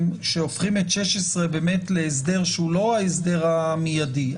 שהופכים את 16 להסדר שהוא לא ההסדר המידי.